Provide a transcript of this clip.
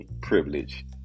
privilege